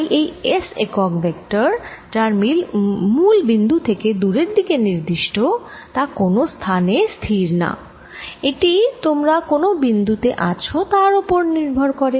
তাই এই S একক ভেক্টর যা মূল বিন্দু থেকে দুরের দিকে নির্দিষ্ট তা কোন স্থানে স্থির না এটি তোমরা কোন বিন্দু তে আছ তার ওপর নির্ভর করে